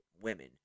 women